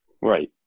Right